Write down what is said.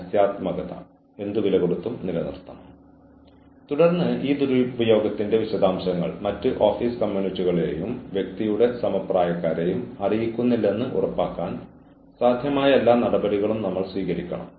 കൂടാതെ അച്ചടക്ക നടപടിക്രമങ്ങൾ ആവശ്യമായി വരുന്നതിന്റെ മറ്റൊരു കാരണം തിരിച്ചറിയാൻ വ്യക്തികൾക്ക് ആവശ്യമായ മാനദണ്ഡങ്ങൾ കൈവരിക്കുന്നതിനുള്ള തടസ്സങ്ങൾ തിരിച്ചറിയുക എന്നതാണ്